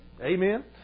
amen